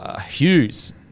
Hughes